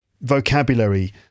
vocabulary